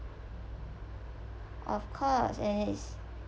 of course and it's